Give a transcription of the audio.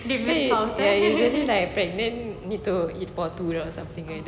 maybe he ya don't kind of pregnant begitu he buat to rasa something like that